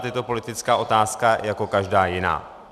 Je to politická otázka jako každá jiná.